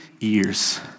years